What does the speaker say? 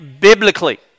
biblically